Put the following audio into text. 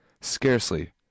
scarcely